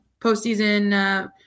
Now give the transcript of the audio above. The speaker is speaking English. postseason